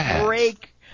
break